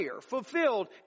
fulfilled